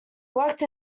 worked